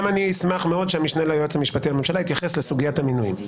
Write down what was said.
גם אני אשמח מאוד שהמשנה ליועץ המשפטי לממשלה יתייחס לסוגיית המינויים.